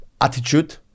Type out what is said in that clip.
attitude